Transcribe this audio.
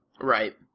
right